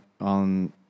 on